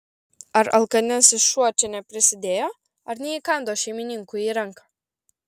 ar alkanasis šuo čia neprisidėjo ar neįkando šeimininkui į ranką